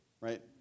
right